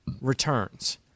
returns